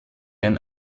ein